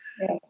Yes